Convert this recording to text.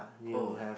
oh